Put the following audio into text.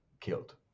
killed